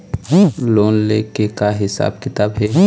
Loan ले के का हिसाब किताब हे?